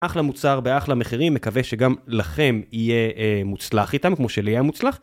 אחלה מוצר באחלה מחירים, מקווה שגם לכם יהיה מוצלח איתם כמו שלי היה מוצלח.